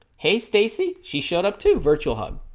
hey stacy she showed up to virtual hug